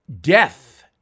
death